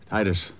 Titus